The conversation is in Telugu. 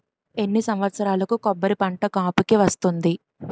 ఎన్ని సంవత్సరాలకు కొబ్బరి పంట కాపుకి వస్తుంది?